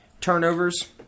Turnovers